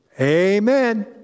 Amen